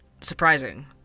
surprising